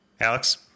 Alex